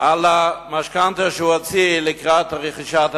שהם הוציאו לקראת רכישת הדירה.